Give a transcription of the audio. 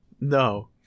No